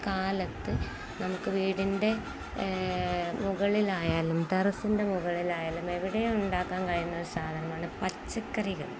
കാലത്തു നമുക്കു വീടിൻ്റെ മുകളിലായാലും ടെറസിൻ്റെ മുകളിലായാലും എവിടെയും ഉണ്ടാക്കാൻ കഴിയുന്ന ഒരു സാധനമാണു പച്ചക്കറികള്